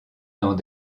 dans